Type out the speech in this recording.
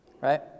Right